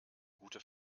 gute